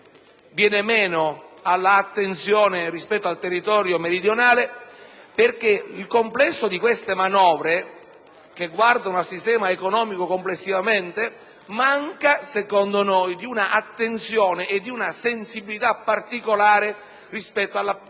viene meno all'attenzione rispetto al territorio meridionale. Infatti, il complesso di queste manovre, che guardano al sistema economico complessivamente, manca, secondo noi, di un'attenzione e di una sensibilità particolare rispetto